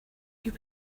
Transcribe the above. you